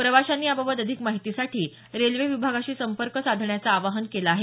प्रवाशांनी याबाबत अधिक माहितीसाठी रेल्वे विभागाशी संपर्क साधण्याचं आवाहन केलं आहे